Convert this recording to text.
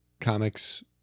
comics